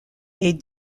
est